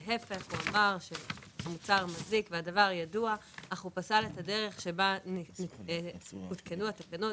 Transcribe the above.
אך הוא פסל את הדרך שבה הותקנו התקנות.